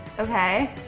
okay,